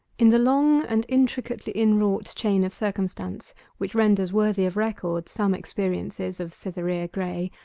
in the long and intricately inwrought chain of circumstance which renders worthy of record some experiences of cytherea graye,